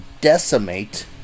decimate